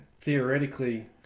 theoretically